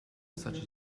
such